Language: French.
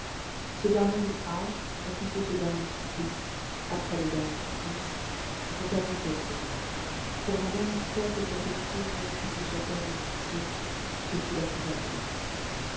ce dernier outrage ou plutôt ce dernier supplice après le dernier supplice me parut horrible pour la dernière fois que cette pauvre fille échappait à ma pitié ce fut la plus affreuse